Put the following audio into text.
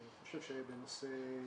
אני חושב שבנושא,